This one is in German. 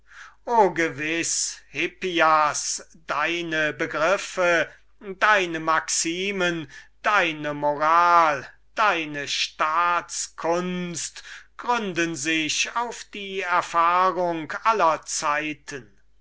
deine begriffe und maximen deine moral deine staatskunst gründen sich auf die erfahrung aller zeiten